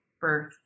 birth